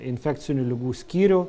infekcinių ligų skyrių